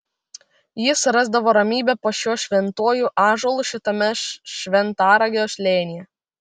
jis rasdavo ramybę po šiuo šventuoju ąžuolu šitame šventaragio slėnyje